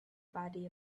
body